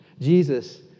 Jesus